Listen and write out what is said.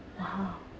!wow!